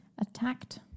Attacked